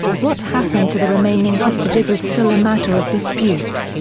what happened to the remaining hostages is still a matter of dispute.